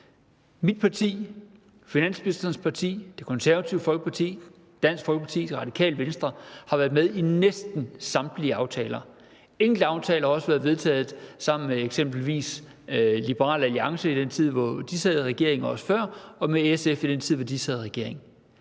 Mit parti, finansministerens parti, Det Konservative Folkeparti, Dansk Folkeparti og Det Radikale Venstre har været med i næsten samtlige aftaler. Enkelte aftaler har også været vedtaget sammen med eksempelvis Liberal Alliance i den tid, hvor de sad i regering, og også før, og med SF i den tid, hvor de sad i regering.